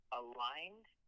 aligned